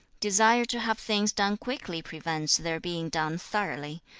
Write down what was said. desire to have things done quickly prevents their being done thoroughly.